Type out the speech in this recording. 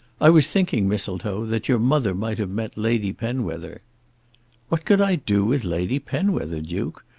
i was thinking, mistletoe, that your mother might have met lady penwether what could i do with lady penwether, duke?